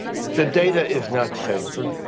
the data is not safer,